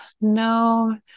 No